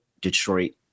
detroit